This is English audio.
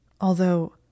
Although—